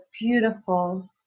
beautiful